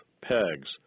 pegs